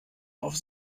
auf